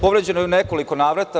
Povređeno je u nekoliko navrata.